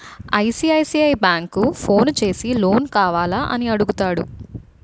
ICICI bank phone చేసి loan కావాల అని అడుగుతాడు